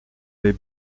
les